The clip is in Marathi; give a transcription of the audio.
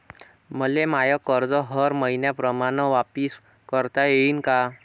मले माय कर्ज हर मईन्याप्रमाणं वापिस करता येईन का?